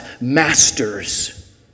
masters